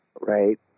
right